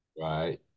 right